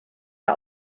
der